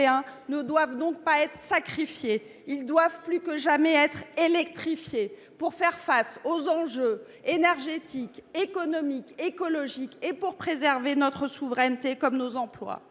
ne doivent donc pas être sacrifiés, ils doivent plus que jamais être électrifiés pour faire face aux enjeux énergétiques, économiques, écologiques et pour préserver notre souveraineté comme nos emplois.